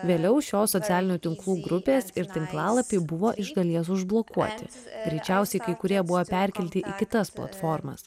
vėliau šios socialinių tinklų grupės ir tinklalapiai buvo iš dalies užblokuoti greičiausiai kai kurie buvo perkelti į kitas platformas